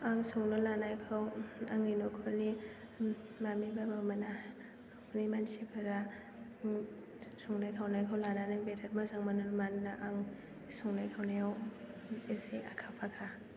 आं संनो लानायखौ आंनि न'खरनि मामि बाबामोना न'नि मानसिफोरा संनाय खावनायखौ लानानै बिरात मोजां मोनो मानोना आं संनाय खावनायाव एसे आखा फाखा